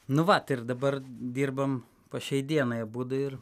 nu vat ir dabar dirbam po šiai deinai abudu ir